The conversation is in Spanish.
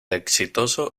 exitoso